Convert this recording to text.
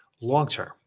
long-term